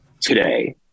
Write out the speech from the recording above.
today